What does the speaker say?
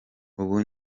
ubu